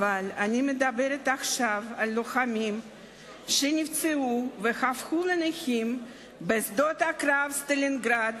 אבל אני מדברת עכשיו על לוחמים שנפצעו והפכו לנכים בשדות הקרב בסטלינגרד